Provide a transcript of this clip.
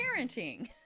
parenting